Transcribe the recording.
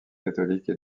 catholique